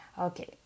Okay